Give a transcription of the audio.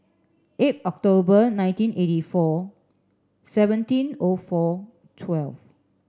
eight October nineteen eighty four seventeen O four twelve